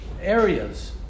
areas